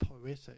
poetic